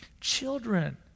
Children